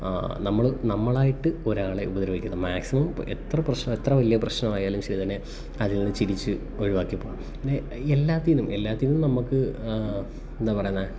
നമ്മൾ നമ്മളായിട്ട് ഒരാളെ ഉപദ്രവിക്കരുത് മാക്സിമം എത്ര പ്രശ്നം എത്ര വലിയ പ്രശ്നമായാലും ശരി തന്നെ അതു ചിരിച്ച് ഒഴിവാക്കിപ്പോകണം പിന്നെ എല്ലാത്തിൽ നിന്നും എല്ലാറ്റിനും നമുക്ക് എന്താ പറയുന്നത്